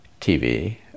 tv